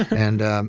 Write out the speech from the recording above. and,